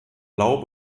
blau